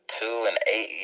two-and-eight